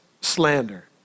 slander